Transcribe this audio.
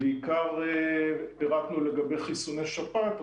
פירטנו בעיקר לגבי חיסוני שפעת,